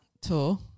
tour